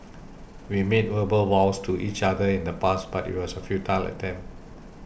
we made verbal vows to each other in the past but it was a futile attempt